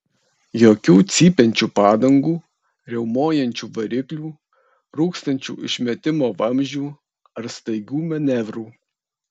jokių cypiančių padangų riaumojančių variklių rūkstančių išmetimo vamzdžių ar staigių manevrų